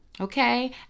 okay